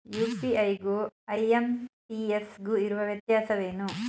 UPI ಗು IMPS ಗು ಇರುವ ವ್ಯತ್ಯಾಸವೇನು?